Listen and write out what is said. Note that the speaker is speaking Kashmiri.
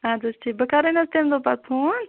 اَدٕ حظ ٹھیٖک بہٕ کرے نہ حظ تَمہِ دۄہ پَتہٕ فوٗن